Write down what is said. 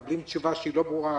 מקבלים תשובה שהיא לא ברורה.